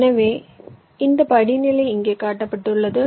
எனவே இந்த படிநிலை இங்கே காட்டப்பட்டுள்ளது